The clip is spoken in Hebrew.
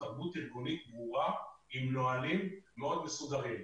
תרבות ארגונית ברורה עם נהלים מאוד מסודרים.